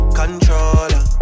controller